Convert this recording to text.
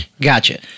Gotcha